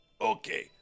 Okay